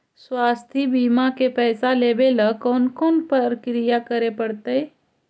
स्वास्थी बिमा के पैसा लेबे ल कोन कोन परकिया करे पड़तै?